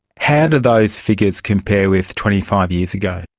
how do those figures compare with twenty five years ago?